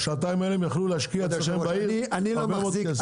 בשעתיים האלה שהם היו יכלו להשקיע בעיר הרבה מאוד כסף.